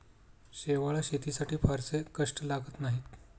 शेवाळं शेतीसाठी फारसे कष्ट लागत नाहीत